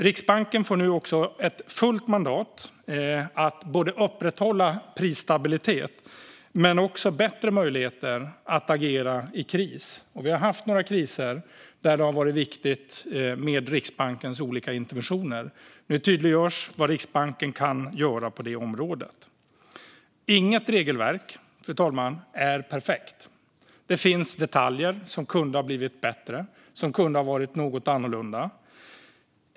Riksbanken får nu ett fullt mandat att upprätthålla prisstabilitet men också bättre möjligheter att agera i kris, och vi har haft några kriser där det har varit viktigt med Riksbankens olika interventioner. Nu tydliggörs vad Riksbanken kan göra på detta område. Fru talman! Inget regelverk är perfekt. Det finns detaljer som kunde ha blivit bättre och som kunde ha varit något annorlunda.